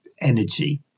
energy